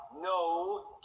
no